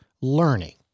learning